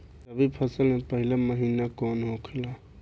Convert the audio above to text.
रबी फसल के पहिला महिना कौन होखे ला?